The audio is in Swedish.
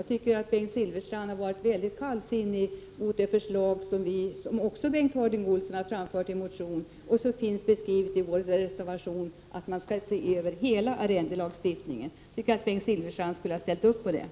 Jag tycker att Bengt Silfverstrand har varit mycket kallsinning till det förslag som bl.a. Bengt Harding Olson framfört i en motion, och som finns beskriven i vår reservation, nämligen att man skall se över hela arrendelagstiftningen. Jag tycker att Bengt Silfverstrand skulle ha ställt sig bakom detta.